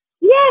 Yes